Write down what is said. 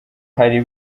hari